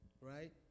right